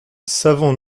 savons